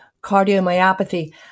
cardiomyopathy